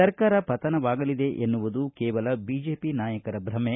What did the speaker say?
ಸರ್ಕಾರ ಪತನವಾಗಲಿದೆ ಎನ್ನುವುದು ಕೇವಲ ಬಿಜೆಪಿ ನಾಯಕರ ಭ್ರಮೆ